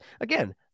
again